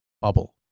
bubble